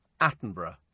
Attenborough